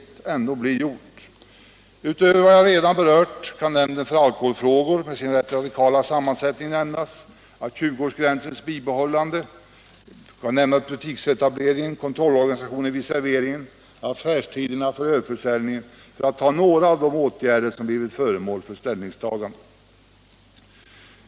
Utöver vad jag redan berört kan nämnas det arbete som nedlagts av nämnden för alkoholfrågor, med sin rätt radikala sammansättning, och de bestämmelser som införts när det gäller 20-årsgränsen, butiksetableringen, kontrollorganisationen vid servering och affärstiderna för ölförsäljning — för att ta några av de åtgärder som blivit föremål för ställningstagande.